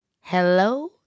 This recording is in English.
Hello